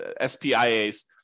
SPIA's